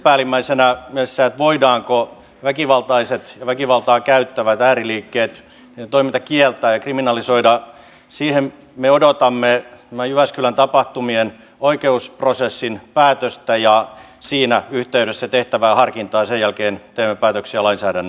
päällimmäisenä se että voidaanko väkivaltaisten ja väkivaltaa käyttävien ääriliikkeiden toiminta kieltää ja kriminalisoida siihen me odotamme jyväskylän tapahtumien oikeusprosessin päätöstä ja siinä yhteydessä tehtävää harkintaa sen jälkeen teemme päätöksiä lainsäädännön osalta